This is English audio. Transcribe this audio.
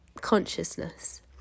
consciousness